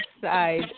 side